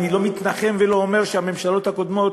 אני לא מתנחם ולא אומר שהממשלות הקודמות,